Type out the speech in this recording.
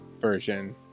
version